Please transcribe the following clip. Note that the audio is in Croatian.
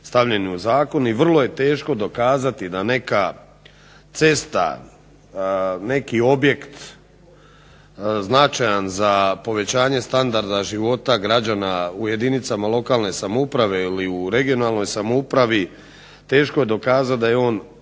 stavljeni u zakon. I vrlo je teško dokazati da neka cesta, neki objekt značajan za povećanje standarda života građana u jedinicama lokalne samouprave ili u regionalnoj samoupravi teško je dokazati da je on